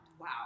Wow